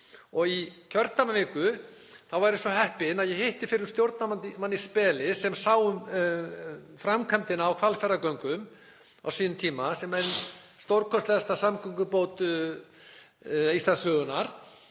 Í kjördæmaviku var ég svo heppinn að ég hitti fyrir stjórnarmann í Speli sem sá um framkvæmdina á Hvalfjarðargöngunum á sínum tíma sem eru ein stórkostlegasta samgöngubót Íslandssögunnar.